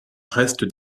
reste